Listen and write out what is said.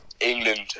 England